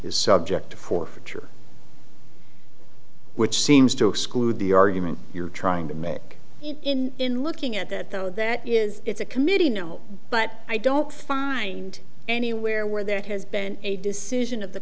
is subject to forfeiture which seems to exclude the argument you're trying to make it in looking at that though that is it's a committee no but i don't find anywhere where there has been a decision of the